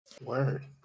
Word